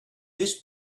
this